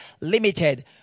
limited